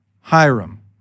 Hiram